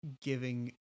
giving